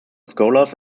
scholars